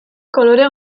kolore